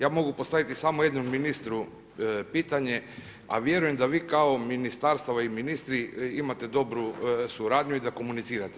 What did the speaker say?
Ja mogu postaviti samo jednom ministru pitanje, a vjerujem da vi kao Ministarstva i ministri imate dobru suradnju i da komunicirate.